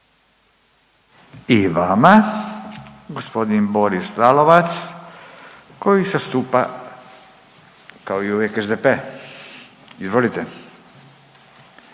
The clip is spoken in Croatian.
I vama. Gospodin Boris Lalovac koji zastupa kao i uvijek SDP, izvolite.